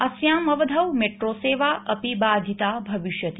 अस्यां अवधौ मेट्रोसेवा अपि बाधिता भविष्यति